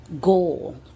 goal